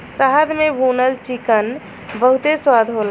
शहद में भुनल चिकन बहुते स्वाद होला